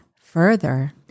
Further